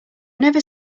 never